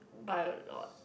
buy a lot